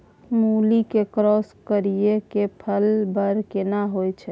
मूली के क्रॉस करिये के फल बर केना होय छै?